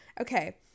okay